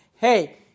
hey